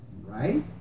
right